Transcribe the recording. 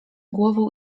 głową